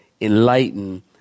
enlighten